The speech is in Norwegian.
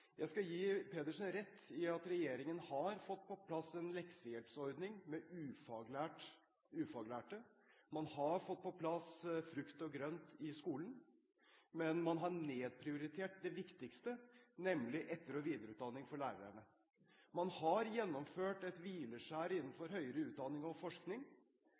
Jeg skal gi Pedersen rett i at regjeringen har fått på plass en leksehjelpsordning med ufaglærte, og man har fått på plass frukt og grønt i skolen. Men man har nedprioritert det viktigste, nemlig etter- og videreutdanning for lærerne. Man har gjennomført et hvileskjær innenfor høyere utdanning og forskning.